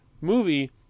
movie